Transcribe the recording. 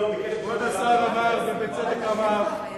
חבר הכנסת גילאון ביקש, כבוד השר אמר, ובצדק אמר,